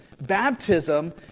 Baptism